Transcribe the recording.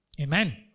Amen